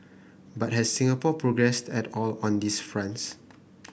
but has Singapore progressed at all on these fronts